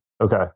Okay